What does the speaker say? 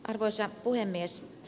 arvoisa puhemies